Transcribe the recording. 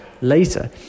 later